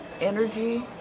energy